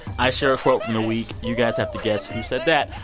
i share a quote from the week. you guys have to guess who said that.